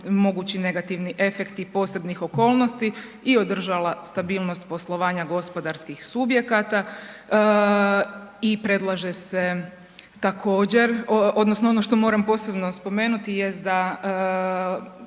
mogući negativni efekti posebnih okolnosti i održala stabilnost poslovanja gospodarskih subjekata i predlaže se također, odnosno ono što moram posebno spomenuti jest da